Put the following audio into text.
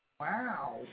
Wow